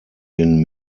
den